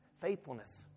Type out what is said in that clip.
faithfulness